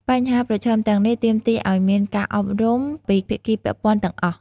បញ្ហាប្រឈមទាំងនេះទាមទារឱ្យមានការអប់រំពីភាគីពាក់ព័ន្ធទាំងអស់។